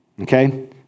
Okay